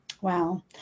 Wow